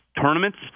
tournaments